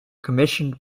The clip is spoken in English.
commissioned